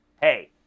hey